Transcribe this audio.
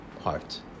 heart